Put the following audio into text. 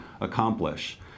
accomplish